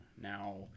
Now